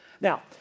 Now